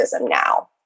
now